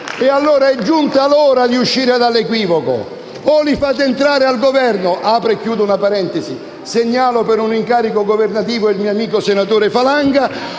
allora il momento di uscire dall'equivoco. O li fate entrare al Governo (apro e chiudo una parentesi: segnalo per un incarico governativo il mio amico, senatore Falanga)